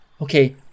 Okay